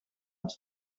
het